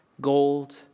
gold